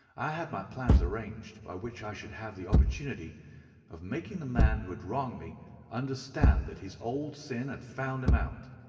i had my plans arranged by which i should have the opportunity of making the man who had wronged me understand that his old sin had found him out.